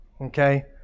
Okay